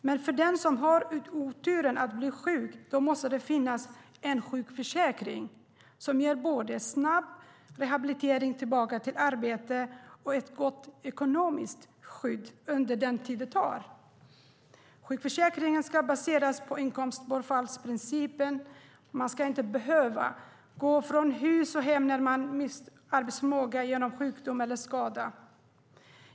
Men för den som har oturen att bli sjuk måste det finnas en sjukförsäkring som ger både snabb rehabilitering tillbaka till arbete och ett gott ekonomiskt skydd under den tid det tar. Sjukförsäkringen ska baseras på inkomstbortfallsprincipen. Man ska inte behöva gå från hus och hem när man mist sin arbetsförmåga genom sjukdom eller skada.